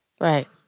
Right